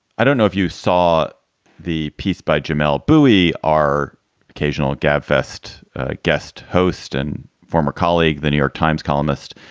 i don't know if you saw the piece by jamelle bouie, our occasional gabfest guest host and former colleague, the new york times columnist.